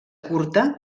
curta